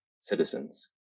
citizens